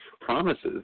promises